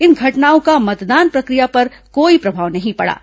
इन घटनाओं का मतदान प्रक्रिया पर कोई प्रभाव नहीं पड़ा है